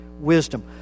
wisdom